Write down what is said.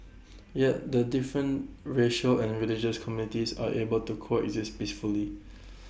yet the different racial and religious communities are able to coexist peacefully